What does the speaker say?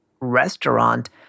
restaurant